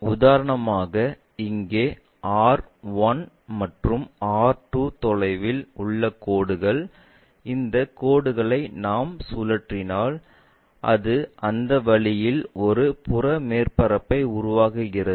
உதாரணமாக இங்கே இது R 1 மற்றும் R 2 தொலைவில் உள்ள கோடுகள் இந்த கோடுகளை நாம் சுழற்றினால் அது அந்த வழியில் ஒரு புற மேற்பரப்பை உருவாக்குகிறது